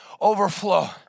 overflow